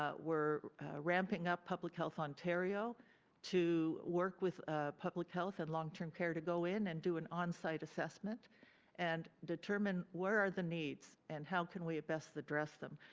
ah we're ramping up public health ontario to work with ah public health and long-term care to go in and do an on-site assessment and determine where are the needs and how can we best address them?